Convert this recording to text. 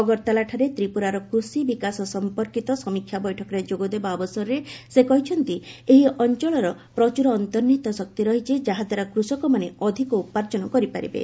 ଅଗରତାଲାଠାରେ ତ୍ରିପୁରାର କୃଷି ବିକାଶ ସଂପର୍କିତ ସମୀକ୍ଷା ବୈଠକରେ ଯୋଗଦେବା ଅବସରରେ ସେ କହିଛନ୍ତି ଏହି ଅଞ୍ଚଳର ପ୍ରଚୁର ଅନ୍ତର୍ନିହିତ ଶକ୍ତି ରହିଛି ଯାହାଦ୍ୱାରା କୃଷକମାନେ ଅଧିକ ଉପାର୍ଜନ କରିପାରିବେ